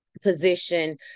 position